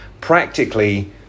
practically